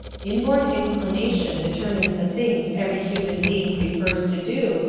inborn inclination determines the things every human being prefers to do,